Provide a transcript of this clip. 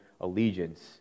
allegiance